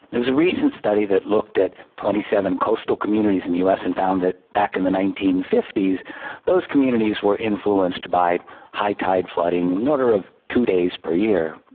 there was a recent study that looked at twenty seven coastal communities in the us and found that back in the nineteen fifty s those communities were influenced by high tide flooding in the order of two days per year.